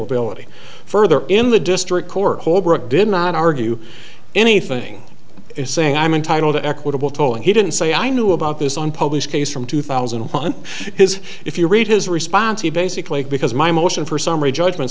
ability further in the district court holbrook did not argue anything is saying i'm entitled to equitable tolling he didn't say i knew about this on published case from two thousand and one has if you read his response he basically because my motion for summary judgment